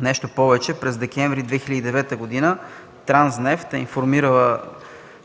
Нещо повече, през декември 2009 г. „Транснефт” е информирала